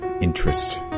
interest